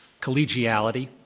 collegiality